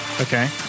Okay